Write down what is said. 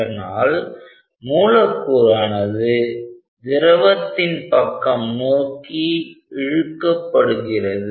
அதனால் மூலக்கூறானது திரவத்தின் பக்கம் நோக்கி இழுக்கப்படுகிறது